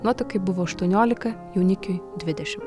nuotakai buvo aštuoniolika jaunikiui dvidešimt